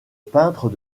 peintre